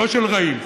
לא של רעים.